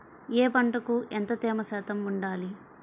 ఏ పంటకు ఎంత తేమ శాతం ఉండాలి?